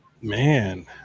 man